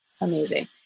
amazing